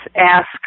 ask